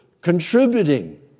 contributing